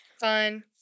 fun